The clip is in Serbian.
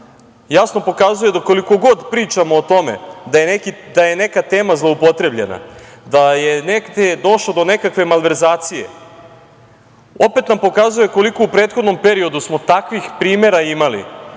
jasno pokazuje da koliko god pričamo o tome da je neka tema zloupotrebljena, da je došlo do nekakve malverzacije, opet nam pokazuje koliko smo u prethodnom periodu takvih primera imali,